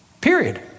Period